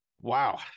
Wow